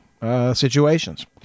situations